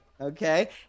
Okay